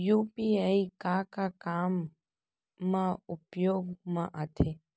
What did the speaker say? UPI का का काम मा उपयोग मा आथे?